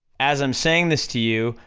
as i'm saying this to you,